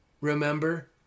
Remember